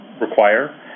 require